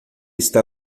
está